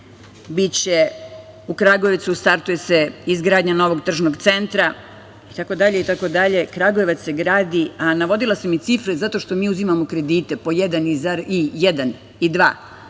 biće u Kragujevcu. Startuje izgradnja novog tržnog centra itd. Kragujevac se gradi, a navodila sam i cifre zato što mi uzimamo kredite po 1% i 2%,